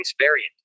variant